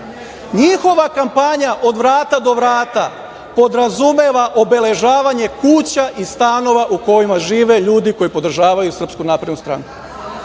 vrata. Njihova kampanja od vrata do vrata podrazumeva obeležavanje kuća i stanova u kojima žive ljudi koji podržavaju SNS. To je njihova